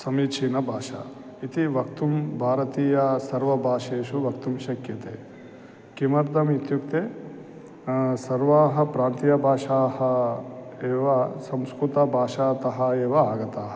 समीचीनभाषा इति वक्तुं भारतीयासु सर्वभाषासु वक्तुं शक्यते किमर्थम् इत्युक्ते सर्वाः प्रान्तीयभाषाः एव संस्कृतभाषातः एव आगताः